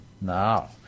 Now